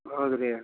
ಹೌದು ರೀ